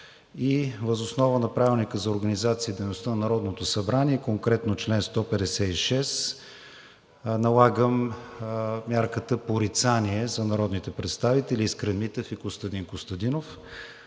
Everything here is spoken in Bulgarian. въз основа на Правилника за организацията и дейността на Народното събрание, конкретно чл. 156, налагам мярката порицание за народните представители Искрен Митев и Костадин Костадинов.